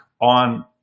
on